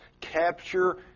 capture